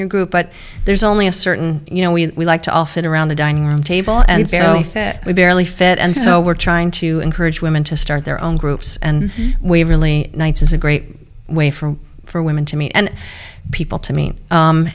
your group but there's only a certain you know we like to all fit around the dining room table and so we barely fit and so we're trying to encourage women to start their own groups and we've really nights is a great way for for women to me and people to me